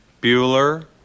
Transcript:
Bueller